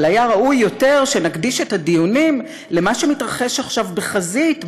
אבל היה ראוי יותר שנקדיש את הדיונים למה שמתרחש עכשיו בחזית,